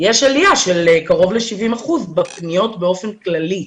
יש עלייה של קרוב ל-70 אחוזים בפניות באופן כללי.